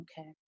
Okay